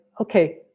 okay